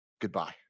Goodbye